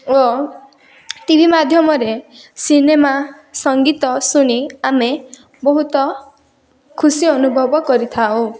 ଓ T V ମାଧ୍ୟମରେ cinema ସଙ୍ଗୀତ ଶୁଣି ଆମେ ବହୁତ ଖୁସି ଅନୁଭବ କରିଥାଉ